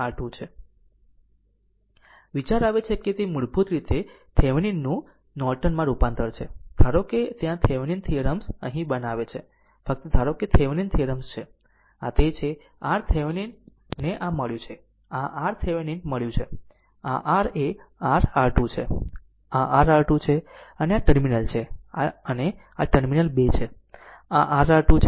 વિચાર આવે છે કે તે મૂળભૂત રીતે થેવેનિન નું નોર્ટન માં રૂપાંતર છે ધારો કે ત્યાં થેવેનિન થીયરમ્સ અહીં બનાવે છે ફક્ત ધારો કે થેવેનિન થીયરમ્સ છે આ તે છે r VThevenin ને આ મળ્યું છે આ r VThevenin મળ્યું છે અને આ r એ r R2 છે આ r R2 છે અને આ એક ટર્મિનલ છે અને આ ટર્મિનલ 2 છે આ r R2 છે